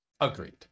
agreed